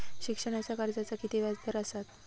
शिक्षणाच्या कर्जाचा किती व्याजदर असात?